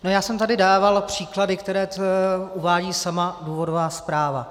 Já jsem tady dával příklady, které uvádí sama důvodová zpráva.